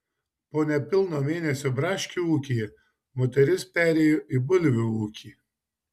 po nepilno mėnesio braškių ūkyje moteris perėjo į bulvių ūkį